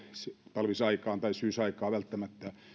talvisaikaan tai syysaikaan välttämättä